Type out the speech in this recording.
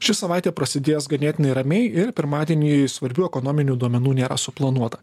ši savaitė prasidės ganėtinai ramiai ir pirmadienį svarbių ekonominių duomenų nėra suplanuota